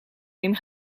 game